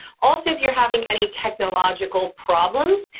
also, if you're having any technological problems,